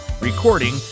recording